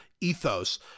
ethos